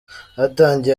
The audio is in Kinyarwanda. hatangiye